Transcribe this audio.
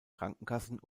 krankenkassen